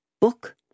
Book